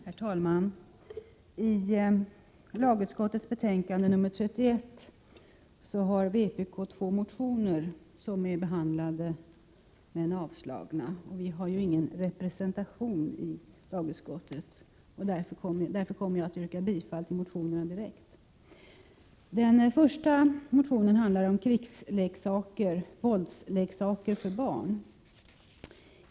Herr talman! I lagutskottets betänkande nr 31 behandlas två motioner av vpk, men utskottet avstyrker motionerna. Vpk har ingen representation i lagutskottet, och därför kommer jag att yrka bifall direkt till motionerna. Den första motionen handlar om krigsoch våldsleksaker för barn.